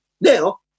Now